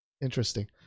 interesting